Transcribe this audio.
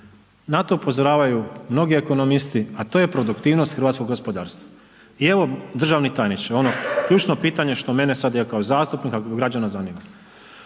Na to upozoravaju mnogi ekonomisti a to je produktivnog hrvatskog gospodarstva. I evo državni tajniče, ono ključno pitanje što mene sad i kao zastupnika i kao građana zanima.